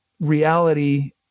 reality